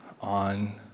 on